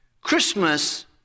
Christmas